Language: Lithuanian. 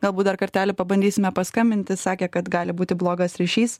galbūt dar kartelį pabandysime paskambinti sakė kad gali būti blogas ryšys